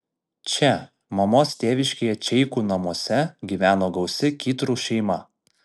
čia mamos tėviškėje čeikų namuose gyveno gausi kytrų šeima